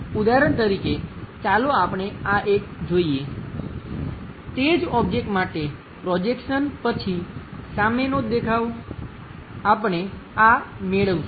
ઉદાહરણ તરીકે ચાલો આપણે આ એક જોઈએ તે જ ઓબ્જેક્ટ માટે પ્રોજેક્શન પછી સામેનો દેખાવ આપણે આ મેળવીશું